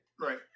Right